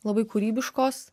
labai kūrybiškos